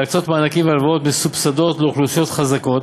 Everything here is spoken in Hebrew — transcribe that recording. להקצות מענקים והלוואות מסובסדות לאוכלוסיות חזקות